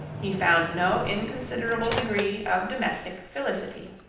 he found no inconsiderable degree of domestic felicity.